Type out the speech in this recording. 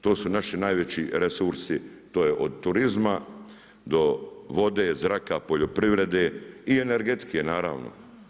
To su naši najveći resursi, to je od turizma do vode, zraka, poljoprivrede i energetike naravno.